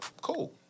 cool